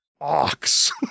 ox